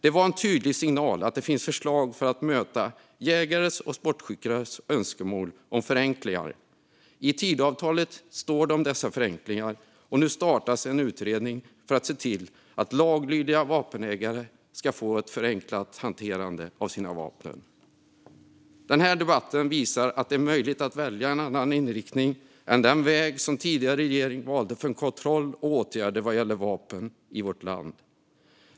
Det var en tydlig signal att det finns förslag för att möta jägares och sportskyttars önskemål om förenklingar. Dessa förenklingar finns med i Tidöavtalet, och nu startas en utredning för att se till att laglydiga vapenägare ska få ett förenklat hanterande av sina vapen. Den här debatten visar att det är möjligt att välja en annan inriktning än den väg som tidigare regering valde för kontroll och åtgärder vad gäller vapen i vårt land.